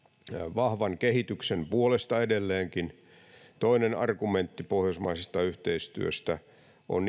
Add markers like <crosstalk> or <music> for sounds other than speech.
vahvan kehityksen puolesta edelleenkin toinen argumentti pohjoismaisesta yhteistyöstä on <unintelligible>